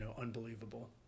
unbelievable